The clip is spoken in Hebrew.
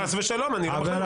חס ושלום אני לא מכליל,